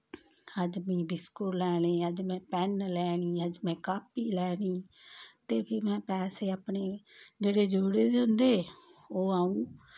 अज्ज में बिस्कुट लैने अज्ज में पेन लैने अज्ज में कॉपी लैनी ते फ्ही में पैसे अपने जेह्ड़े जोड़े दे होंदे ओह् अ'ऊं